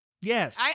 Yes